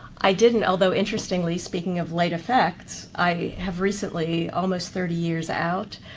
i didn't, although, interestingly, speaking of late effects, i have recently, almost thirty years out,